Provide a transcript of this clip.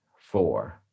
four